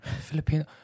Filipino